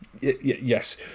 Yes